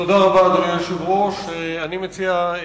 אדוני היושב-ראש, אני מציע,